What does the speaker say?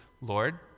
Lord